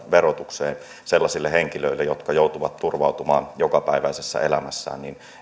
verotukseen sellaisille henkilöille jotka joutuvat turvautumaan jokapäiväisessä elämässään